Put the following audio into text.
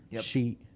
Sheet